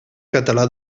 català